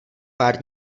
pár